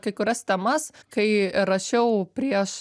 kai kurias temas kai rašiau prieš